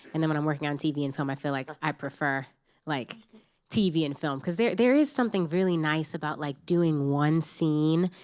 and then when i'm working on tv and film, i feel like i prefer like tv and film, because there there is something really nice about like doing one scene,